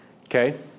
Okay